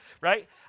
right